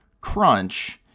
crunch